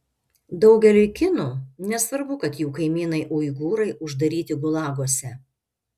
daugeliui kinų nesvarbu kad jų kaimynai uigūrai uždaryti gulaguose